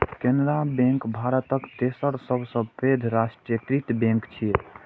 Canara bank भारतक तेसर सबसं पैघ राष्ट्रीयकृत बैंक छियै